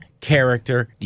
character